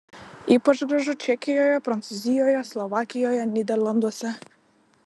ypač gražu čekijoje prancūzijoje slovakijoje nyderlanduose